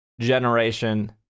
generation